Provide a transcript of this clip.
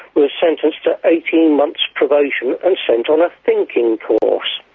was sentenced to eighteen months probation and sent on a thinking course.